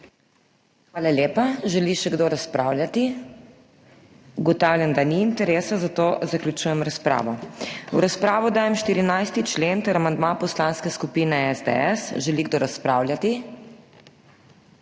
Hvala lepa. Želi še kdo razpravljati? Ugotavljam, da ni interesa, zato zaključujem razpravo. V razpravo dajem 14. člen ter amandma Poslanske skupine SDS. Želi kdo razpravljati?